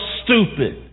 stupid